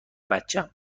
بچم